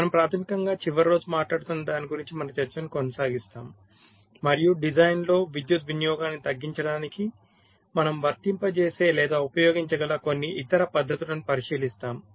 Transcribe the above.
మనము ప్రాథమికంగా చివరి రోజు మాట్లాడుతున్న దాని గురించి మన చర్చను కొనసాగిస్తాము మరియు డిజైన్లో విద్యుత్ వినియోగాన్ని తగ్గించడానికి మనము వర్తింపచేసే లేదా ఉపయోగించగల కొన్ని ఇతర పద్ధతులను పరిశీలిస్తాము